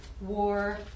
war